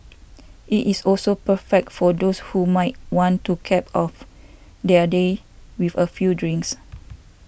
it is also perfect for those who might want to cap off their day with a few drinks